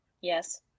yes